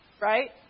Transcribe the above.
Right